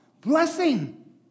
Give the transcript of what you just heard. blessing